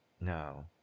No